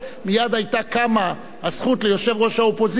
מייד היתה קמה הזכות ליושב-ראש האופוזיציה